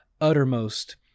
uttermost